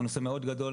הוא נושא מאוד גדול,